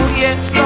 yes